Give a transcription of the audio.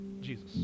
Jesus